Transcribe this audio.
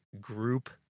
group